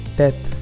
death